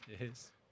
Yes